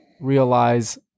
realize